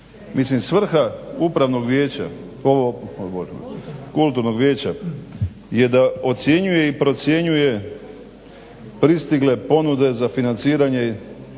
samoupravnog odlučivanja. Mislim svrha kulturnog vijeća je da ocjenjuje i procjenjuje pristigle ponude za financiranje